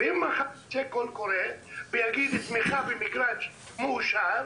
אם מחר ייצא קול קורא לתמיכה במגרש מאושר,